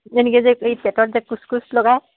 এনেকৈ যে এই ছেটত যে কুচ কুচ লগায়